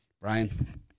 Brian